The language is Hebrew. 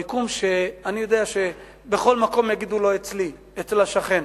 אני יודע שבכל מקום יגידו: לא אצלי, אצל השכן.